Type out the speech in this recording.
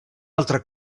altre